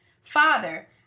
Father